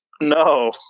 No